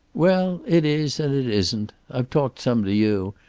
well, it is and it isn't. i've talked some to you,